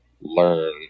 learn